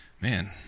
man